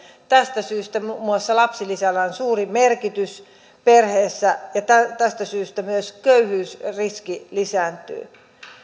tästä syystä muun muassa lapsilisällä on suuri merkitys perheissä ja tästä syystä myös köyhyysriski lisääntyy